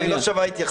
היא לא שווה התייחסות.